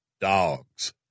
dogs